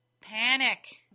panic